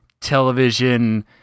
television